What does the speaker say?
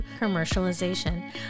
commercialization